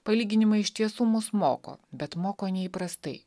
palyginimai iš tiesų mus moko bet moko neįprastai